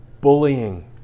Bullying